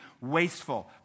Wasteful